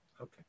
Okay